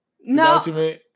No